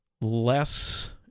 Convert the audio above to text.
less